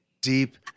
deep